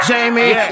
Jamie